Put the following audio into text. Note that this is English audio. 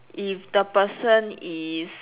if the person is